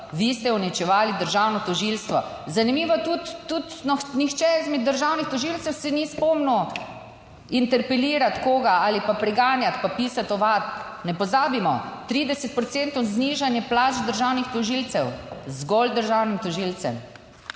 vi ste uničevali državno tožilstvo. Zanimivo, tudi nihče izmed državnih tožilcev se ni spomnil interpelirati koga ali pa preganjati pa pisati ovadb, Ne pozabimo, 30 procentov znižanje plač državnih tožilcev, zgolj državnim tožilcem.